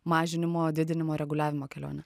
mažinimo didinimo reguliavimo kelionę